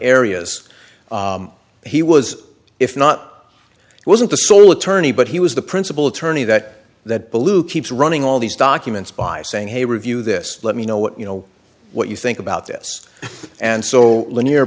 areas he was if not wasn't the sole attorney but he was the principal attorney that that blue keeps running all these documents by saying hey review this let me know what you know what you think about this and so